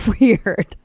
weird